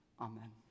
Amen